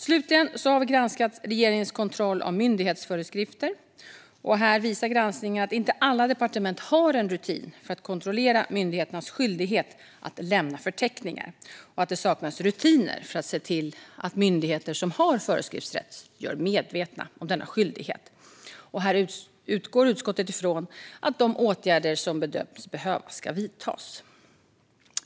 Slutligen har vi granskat regeringens kontroll av myndighetsföreskrifter. Granskningen visar att inte alla departement har en rutin för att kontrollera myndigheternas skyldighet att lämna förteckningar och att det saknas rutiner för att se till att myndigheter som har föreskriftsrätt görs medvetna om denna skyldighet. Utskottet utgår ifrån att de åtgärder som bedöms behövas kommer att vidtas.